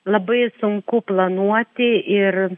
labai sunku planuoti ir